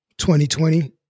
2020